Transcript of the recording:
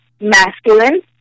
masculine